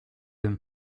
him